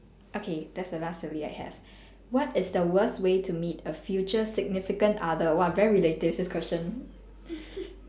okay that's the last silly I have what is the worst way to meet a future significant other !wah! very relative this question